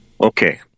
Okay